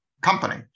company